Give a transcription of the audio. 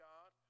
God